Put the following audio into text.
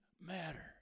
matter